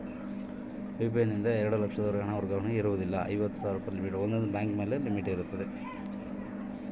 UPI ನಿಂದ ಎರಡು ಲಕ್ಷದವರೆಗೂ ಹಣ ವರ್ಗಾವಣೆ ಇರುತ್ತದೆಯೇ?